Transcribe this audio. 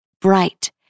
bright